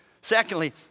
Secondly